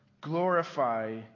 Glorify